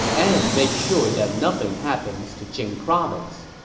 and make sure that nothing happens to jing province.